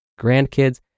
grandkids